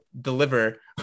deliver